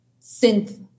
synth